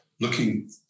looking